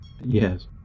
Yes